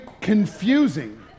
confusing